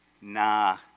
nah